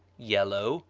yellow,